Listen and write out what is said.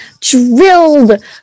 drilled